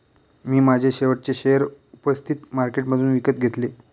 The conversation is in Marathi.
मी माझे शेवटचे शेअर उपस्थित मार्केटमधून विकत घेतले